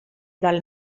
dal